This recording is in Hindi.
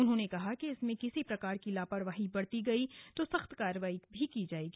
उन्होंने कहा इसमें किसी प्रकार की लापरवाही बरती गई तो सख्त कार्रवाई भी की जाएगी